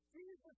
Jesus